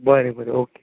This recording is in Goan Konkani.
बरें बरें ओके